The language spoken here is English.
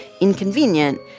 inconvenient